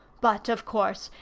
but, of course,